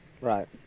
Right